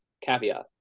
caveat